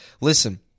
Listen